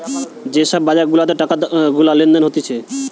যে সব বাজার গুলাতে টাকা গুলা লেনদেন হতিছে